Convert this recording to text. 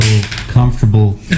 comfortable